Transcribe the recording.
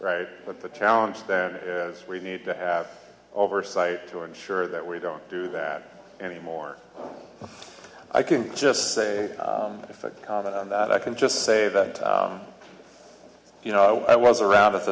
right but the challenge then is we need to have oversight to ensure that we don't do that anymore i can just say if it comment on that i can just say that you know i was around at